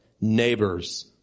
neighbor's